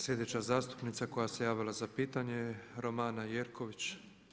Sljedeća zastupnica koja se javila za pitanje je Romana Jerković.